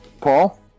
Paul